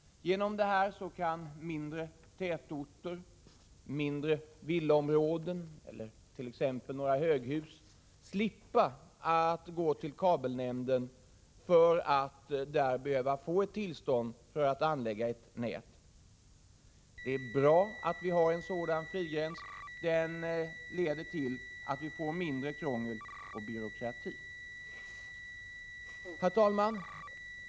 Genom detta kan mindre tätorter, villaområden eller t.ex. några höghus slippa att gå till kabelnämnden för att få tillstånd att anlägga ett nät. Det är bra att vi har en sådan frigräns. Den leder till att vi får mindre av krångel och byråkrati. Herr talman!